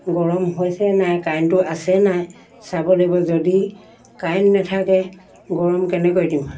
গৰম হৈছে নাই কাৰেণ্টটো আছে নাই চাব লাগিব যদি কাৰেণ্ট নেথাকে গৰম কেনেকৈ দিম